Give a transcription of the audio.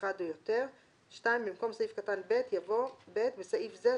אחד או יותר."; (2)במקום סעיף קטן (ב) יבוא: "(ב)בסעיף זה,